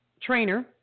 trainer